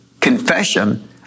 confession